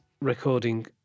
recording